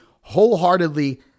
wholeheartedly